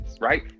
right